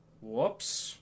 Whoops